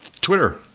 Twitter